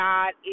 God